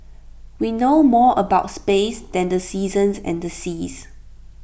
we know more about space than the seasons and the seas